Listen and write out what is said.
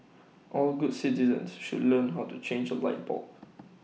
all good citizens should learn how to change A light bulb